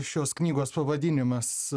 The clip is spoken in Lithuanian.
šios knygos pavadinimas